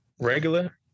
regular